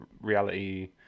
reality